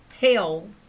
hell